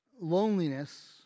Loneliness